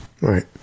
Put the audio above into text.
Right